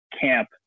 camp